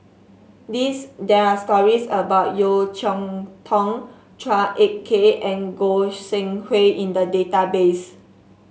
this there are stories about Yeo Cheow Tong Chua Ek Kay and Goi Seng Hui in the database